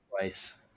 twice